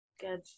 Good